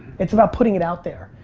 it's about putting it out there.